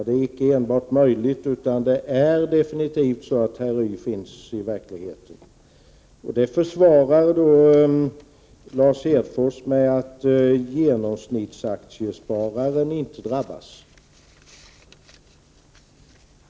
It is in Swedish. Det är icke enbart möjligt, utan det är definitivt så att herr Y finns i verkligheten. Lars Hedfors försvarar sig då med att genomsnittsaktiespararen inte 143 drabbas.